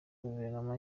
guverinoma